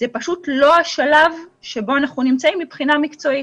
זה פשוט לא השלב שבו אנחנו נמצאים מבחינה מקצועית.